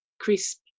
crisp